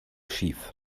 schief